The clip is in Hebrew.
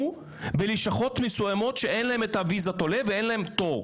בלשכות מסוימות שאין להם ויזת עולה או תור.